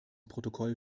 protokoll